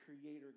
creator